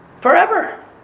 forever